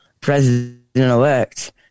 president-elect